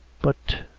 but.